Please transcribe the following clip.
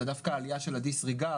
אלא דווקא העלייה של הדיסריגרד,